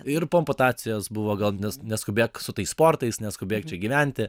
ir po amputacijos buvo gal neskubėk su tais sportais neskubėk čia gyventi